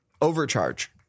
overcharge